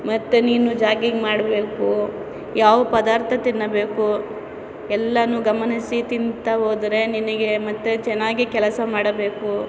ಮತ್ತೆ ನೀನು ಜಾಗಿಂಗ್ ಮಾಡಬೇಕು ಯಾವ ಪದಾರ್ಥ ತಿನ್ನಬೇಕು ಎಲ್ಲನೂ ಗಮನಿಸಿ ತಿಂತಾ ಹೋದ್ರೆ ನಿನಗೆ ಮತ್ತೆ ಚೆನ್ನಾಗಿ ಕೆಲಸ ಮಾಡಬೇಕು